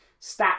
stats